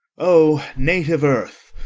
o native earth!